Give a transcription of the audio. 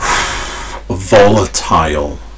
volatile